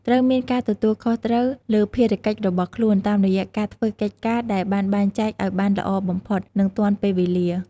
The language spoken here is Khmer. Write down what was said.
ត្រូវមានការទទួលខុសត្រូវលើភារកិច្ចរបស់ខ្លួន តាមរយះការធ្វើកិច្ចការដែលបានបែងចែកឱ្យបានល្អបំផុត និងទាន់ពេលវេលា។